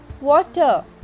water